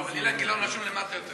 אבל אילן גילאון רשום למטה יותר,